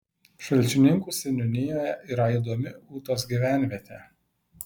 šalčininkų seniūnijoje yra įdomi ūtos gyvenvietė